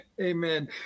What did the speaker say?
Amen